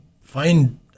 find